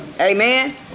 Amen